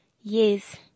Yes